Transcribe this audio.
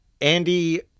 Andy